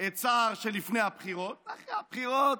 את סער שלפני הבחירות אחרי הבחירות,